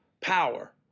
power